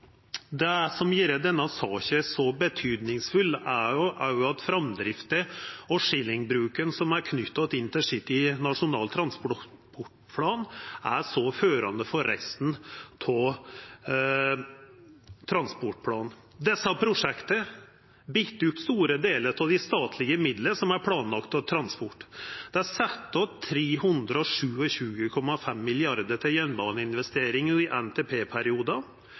Det som gjer denne saka så viktig, er òg at framdrifta og skillingbruken som er knytte til InterCity i Nasjonal transportplan, er så førande for resten av transportplanen. Desse prosjekta bind opp store delar av dei statlege midlane som er planlagde til transport. Det er sett av 327,5 mrd. kr til jernbaneinvesteringar i NTP-perioden, og Jernbanedirektoratet hevda i